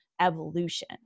evolution